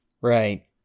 Right